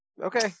okay